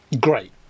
great